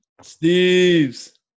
Steve's